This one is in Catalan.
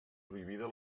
prohibida